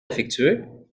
affectueux